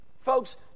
Folks